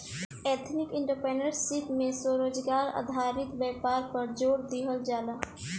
ethnic entrepreneurship में स्वरोजगार आधारित व्यापार पर जोड़ दीहल जाला